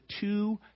two